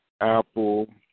Apple